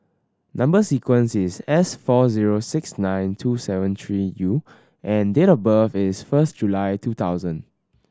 number sequence is S four zero six nine two seven three U and date of birth is first July two thousand